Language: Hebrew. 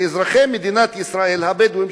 לאזרחי מדינת ישראל הבדואים,